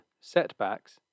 setbacks